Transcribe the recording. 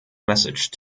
message